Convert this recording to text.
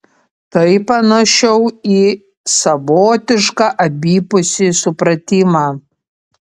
tai panašiau į savotišką abipusį supratimą